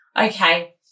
Okay